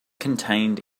contained